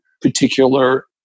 particular